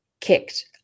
kicked